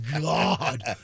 God